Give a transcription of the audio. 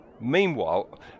Meanwhile